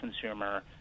consumer